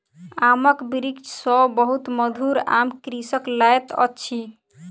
आमक वृक्ष सॅ बहुत मधुर आम कृषक लैत अछि